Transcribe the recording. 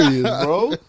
bro